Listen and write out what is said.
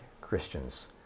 Christians